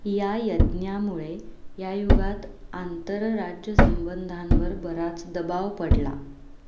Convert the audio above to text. या यज्ञामुळे या युगात आंतरराज्य संबंधांवर बराच दबाव पडला